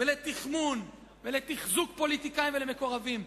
לתכמון ולתחזוק פוליטיקאים ומקורבים.